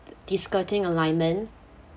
the skirting alignment